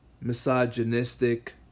misogynistic